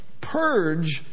purge